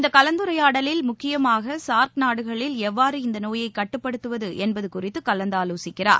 இந்த கலந்துரையாடலில் முக்கியமாக சார்க் நாடுகளில் எவ்வாறு இந்த நோயை கட்டுப்படுத்துவது என்பது குறித்து ஆலோசிக்கிறார்